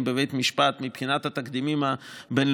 בבית המשפט מבחינת התקדימים הבין-לאומיים,